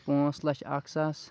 پانٛژھ لَچھ اَکھ ساس